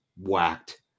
whacked